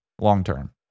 long-term